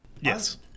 Yes